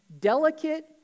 delicate